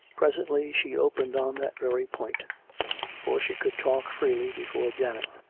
presently she opened on that very point for she could talk freely before janet.